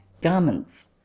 garments